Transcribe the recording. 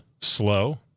slow